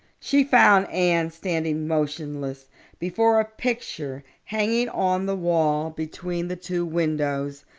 she found anne standing motionless before a picture hanging on the wall between the two windows,